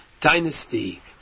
dynasty